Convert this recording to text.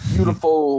Beautiful